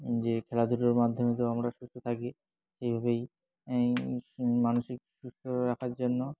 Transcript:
যে খেলাধুলোর মাধ্যমে তো আমরা সুস্থ থাকি সেইভাবেই মানসিক সুস্থ রাখার জন্য